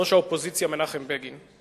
ראש האופוזיציה מנחם בגין.